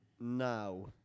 now